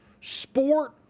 sport